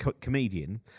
comedian